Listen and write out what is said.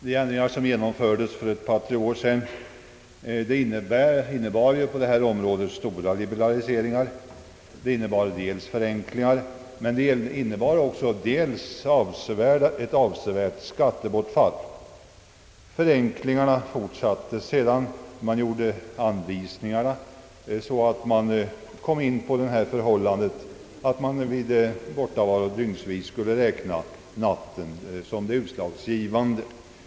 De ändringar som genomfördes för ett par — tre år sedan innebar på detta område stora liberaliseringar. De innebar dels förenklingar, men de innebar också ett avsevärt skattebortfall. Förenklingarna fortsattes genom att man gav ut anvisningar där man fastställde att vid bortovaro dygnsvis skulle natten räknas som det utslagsgivande.